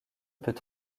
peut